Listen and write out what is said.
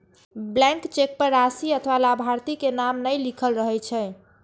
blank cheque पर राशि अथवा लाभार्थी के नाम नै लिखल रहै छै